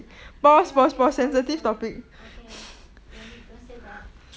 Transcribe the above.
okay okay sorry sorry okay don't say that